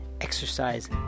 exercise